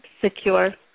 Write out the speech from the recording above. secure